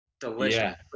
Delicious